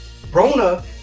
brona